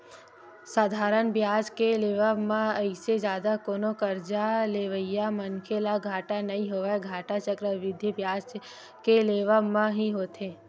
साधारन बियाज के लेवब म अइसे जादा कोनो करजा लेवइया मनखे ल घाटा नइ होवय, घाटा चक्रबृद्धि बियाज के लेवब म ही होथे